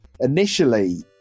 Initially